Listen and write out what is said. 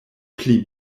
pli